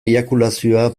eiakulazioa